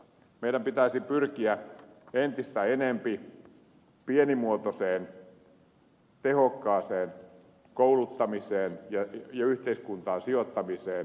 meidän pitäisi pyrkiä entistä enempi pienimuotoiseen tehokkaaseen kouluttamiseen ja yhteiskuntaan sijoittamiseen